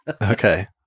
Okay